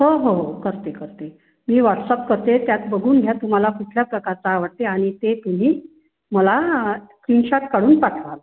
हो हो हो करते करते मी व्हॉट्सअप करते त्यात बघून घ्या तुम्हाला कुठल्या प्रकारचा आवडते आणि ते तुम्ही मला स्क्रिनशॉट काढून पाठवाल